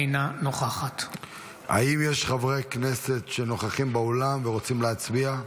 אינה נוכחת האם יש חברי כנסת שנוכחים באולם ורוצים להצביע?